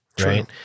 Right